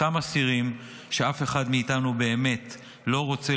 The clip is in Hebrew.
אותם אסירים שאף אחד מאיתנו באמת לא רוצה